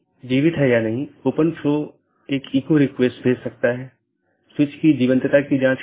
हम देखते हैं कि N1 R1 AS1 है यह चीजों की विशेष रीचाबिलिटी है